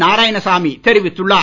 நாராயணசாமி தெரிவித்துள்ளார்